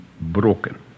broken